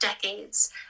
decades